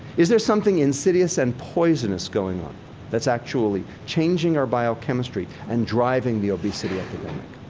is there something insidious and poisonous going on that's actually changing our biochemistry and driving the obesity epidemic?